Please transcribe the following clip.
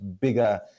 bigger